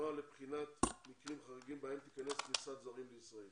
נוהל לבחינת מקרים חריגים בהם תיכנס כניסת זרים לישראל.